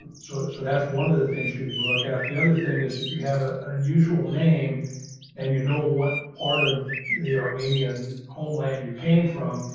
sort of so that's one of the things you can look at the other thing is if you have ah an unusual and you know what part of the armenian homeland, you came from.